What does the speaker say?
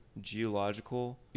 geological